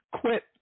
quit